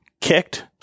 kicked